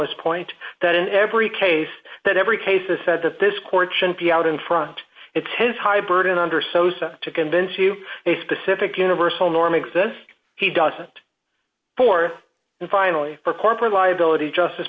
his point that in every case that every case is said that this court should be out in front it's his high burden under sosa to convince you a specific universal norm exists he does it for and finally for corporate liability just